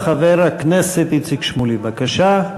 חבר הכנסת איציק שמולי, בבקשה.